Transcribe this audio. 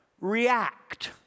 react